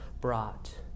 brought